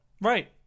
Right